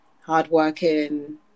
hardworking